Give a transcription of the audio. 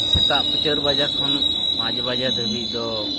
ᱥᱮᱛᱟᱜ ᱪᱟᱹᱨ ᱵᱟᱡᱟᱜ ᱠᱷᱚᱱ ᱯᱟᱸᱪ ᱵᱟᱡᱮ ᱫᱷᱟᱹᱵᱤᱡ ᱫᱚ